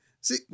See